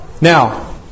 Now